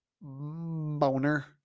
Boner